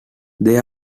they